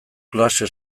klase